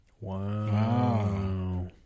Wow